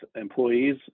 employees